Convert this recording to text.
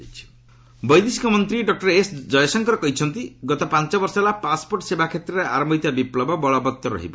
EAM passport ବୈଦେଶିକ ମନ୍ତ୍ରୀ doctor S Jaishankar କହିଛନ୍ତି ଗତ ପାଞ୍ଚ ବର୍ଷ ହେଲା ପାଶ୍ପୋର୍ଟ୍ ସେବା କ୍ଷେତ୍ରରେ ଆରମ୍ଭ ହୋଇଥିବା ବିପ୍ଲବ ବଳବତ୍ତର ରହିବ